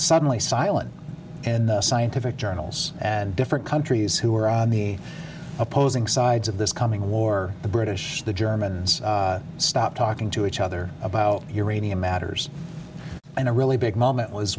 suddenly silent in the scientific journals and different countries who were on the opposing sides of this coming war the british the germans stop talking to each other about eurabia matters and a really big moment was